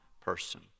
person